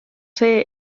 see